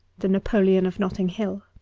the napoleon of netting hill